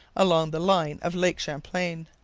along the line of lake champlain.